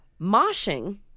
moshing